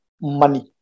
money